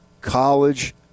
college